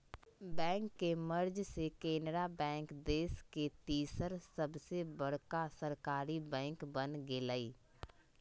bank के merge से Canara bank देश के तीसर सबसे बड़का सरकारी बैंक बन गेलय